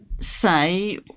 say